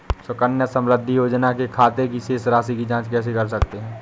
सुकन्या समृद्धि योजना के खाते की शेष राशि की जाँच कैसे कर सकते हैं?